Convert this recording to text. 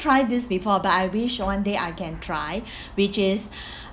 try this before but I wish one day I can try which is